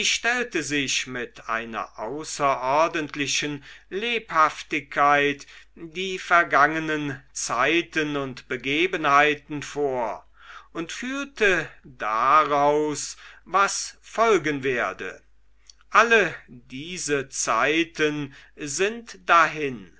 stellte sich mit einer außerordentlichen lebhaftigkeit die vergangenen zeiten und begebenheiten vor und fühlte daraus was folgen werde alle diese zeiten sind dahin